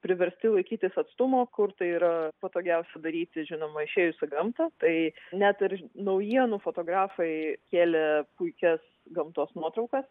priversti laikytis atstumo kur tai yra patogiausia daryti žinoma išėjus į gamtą tai net ir naujienų fotografai kėlė puikias gamtos nuotraukas